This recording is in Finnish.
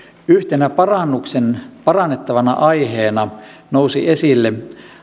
yhtenä parannettavana aiheena nousi esille